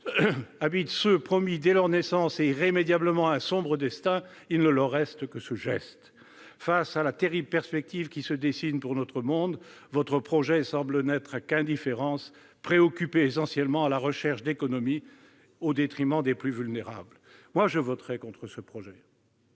habitent ceux qui sont promis, dès leur naissance et irrémédiablement, à un sombre destin, il ne leur reste que le geste. Face à la terrible perspective qui se dessine pour notre monde, votre projet semble n'être qu'indifférence, préoccupé essentiellement par la recherche d'économies au détriment des plus vulnérables. Je voterai contre votre projet,